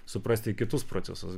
suprasti kitus procesus